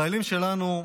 החיילים שלנו,